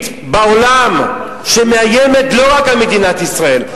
בעולם מאיימת לא רק על מדינת ישראל.